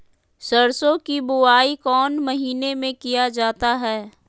सरसो की बोआई कौन महीने में किया जाता है?